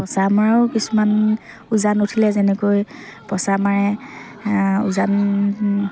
পঁচা মৰাও কিছুমান উজান উঠিলে যেনেকৈ পঁচা মাৰে উজান